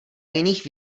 jiných